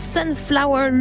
Sunflower